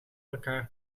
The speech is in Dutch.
elkaar